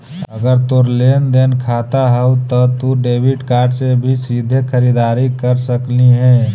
अगर तोर लेन देन खाता हउ त तू डेबिट कार्ड से भी सीधे खरीददारी कर सकलहिं हे